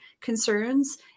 concerns